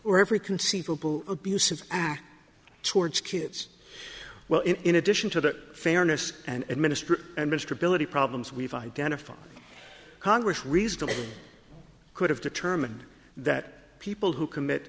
or every conceivable abusive act towards kids well in addition to that fairness and administrators and mr ability problems we've identified congress reasonably could have determined that people who commit